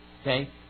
okay